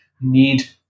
need